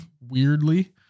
weirdly